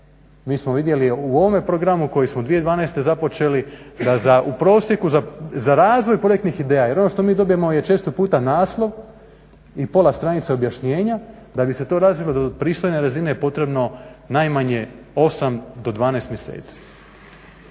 Mi smo vidjeli u ovome programu koji smo 2012.započeli da u prosjeku za razvoj projektnih ideja jer ono što mi dobijemo je često puta naslov i pola stranice objašnjenja, da bi se to razvilo do pristojne razine je potrebno najmanje 8 do 12 mjeseci